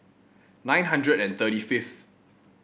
nine hundred and thirty fifth